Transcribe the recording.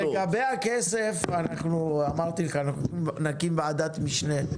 לגבי הכסף נקים ועדת משנה,